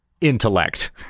intellect